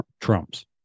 Trumps